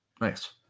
Nice